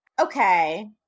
Okay